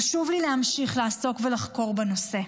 חשוב לי להמשיך לעסוק ולחקור את הנושא,